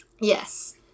Yes